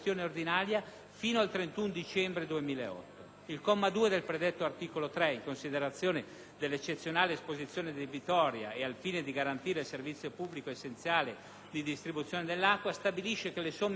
fino al 31 dicembre 2008. Il comma 2 del predetto articolo 3, in considerazione dell'eccezionale esposizione debitoria e al fine di garantire il servizio pubblico essenziale di distribuzione dell'acqua, stabilisce che le somme erogate